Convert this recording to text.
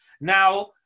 Now